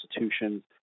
institutions